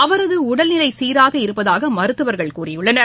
அவரதுஉடல்நிலைசீராக இருப்பதாகமருத்துவர்கள் கூறியுள்ளனர்